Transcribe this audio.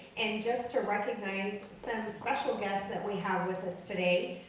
and just to recognize some special guests that we have with us today.